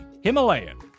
Himalayan